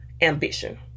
ambition